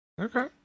Okay